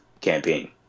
campaign